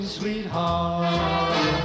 sweetheart